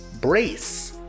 Brace